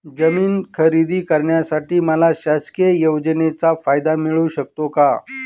जमीन खरेदी करण्यासाठी मला शासकीय योजनेचा फायदा मिळू शकतो का?